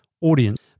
audience